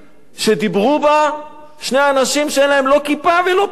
שדיברו בה שני אנשים שאין להם לא כיפה ולא פאות: